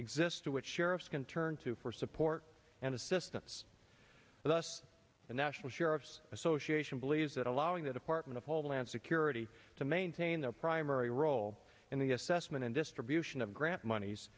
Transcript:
exists to which sheriffs can turn to for support and assistance with us the national sheriffs association believes that allowing the department of homeland security to maintain their primary role in the assessment and distribution of grant monies